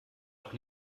doch